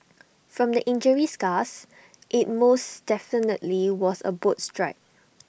from the injury scars IT most definitely was A boat strike